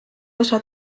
osa